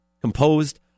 composed